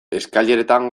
eskaileretan